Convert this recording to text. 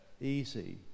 easy